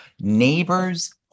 neighbors